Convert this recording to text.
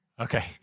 Okay